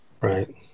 Right